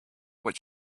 what